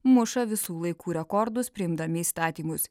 muša visų laikų rekordus priimdami įstatymus